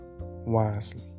wisely